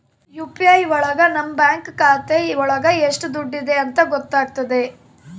UPI ಒಳಗ ನಮ್ bank ಖಾತೆ ಒಳಗ ಎಷ್ಟ್ ದುಡ್ಡಿದೆ ಅಂತ ಗೊತ್ತಾಗ್ತದೆ